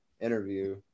interview